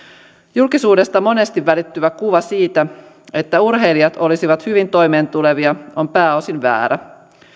julkisuudesta monesti välittyvä kuva siitä että urheilijat olisivat hyvin toimeentulevia on pääosin väärä